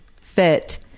fit